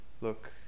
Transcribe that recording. look